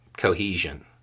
cohesion